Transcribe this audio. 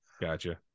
Gotcha